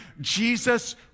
Jesus